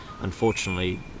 unfortunately